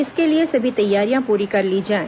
इसके लिए सभी तैयारियां पूरी कर ली जाएं